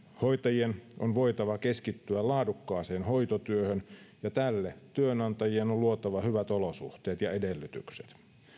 hoitajien on voitava keskittyä laadukkaaseen hoitotyöhön ja tälle työnantajien on on luotava hyvät olosuhteet ja edellytykset